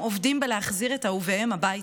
הם עובדים בהחזרת אהוביהם הביתה,